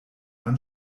man